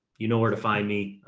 you know where to find me. ah,